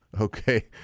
Okay